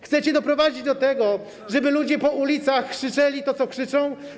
Chcecie doprowadzić do tego, żeby ludzie na ulicach krzyczeli to, co krzyczą?